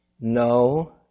no